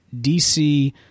DC